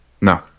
no